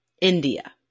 India